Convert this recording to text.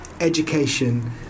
education